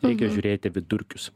reikia žiūrėti vidurkius